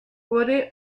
wurde